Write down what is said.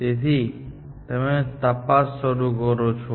તેથી તમે તપાસ શરૂ કરો છો